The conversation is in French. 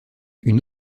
une